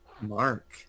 Mark